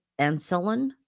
insulin